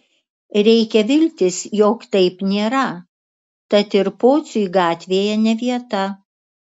reikia viltis jog taip nėra tad ir pociui gatvėje ne vieta